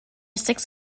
six